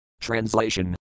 Translation